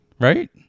right